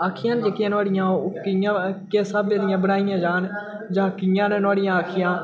आक्खियां जेह्कियां नोहाड़ियां ओह् कियां किस स्हाबै दियां बनाइयां जान जां कियां न नोह्ड़िया आक्खियां